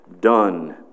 done